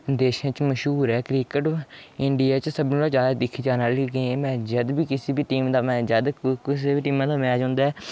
देशें च मश्हूर ऐ क्रिकेट इंडिया च सभनें शा जैदा दिक्खी जाने आह्ली गेम ऐ जद बी कुसै बी टीमें दा जद कुसै बी टीमे दा मैच होंदा